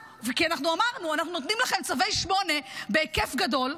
אמרנו: אנחנו נותנים לכם צווי 8 בהיקף גדול,